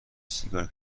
سیگار